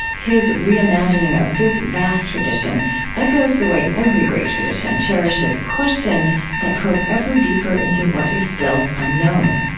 his reimagining of this vast tradition echoes the way every great tradition cherishes questions that probe ever deeper into what is still unknown.